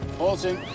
pulsing.